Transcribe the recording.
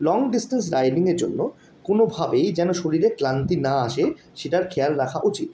long distance রাইডিংয়ের জন্য কোনোভাবেই যেন শরীরে ক্লান্তি না আসে সেটার খেয়াল রাখা উচিৎ